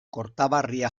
kortaberria